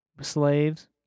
slaves